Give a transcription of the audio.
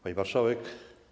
Pani Marszałek!